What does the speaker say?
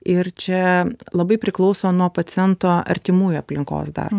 ir čia labai priklauso nuo paciento artimųjų aplinkos dar